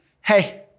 hey